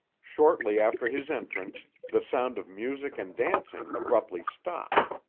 shortly after his entrance the sound of music and dancing abruptly stopped.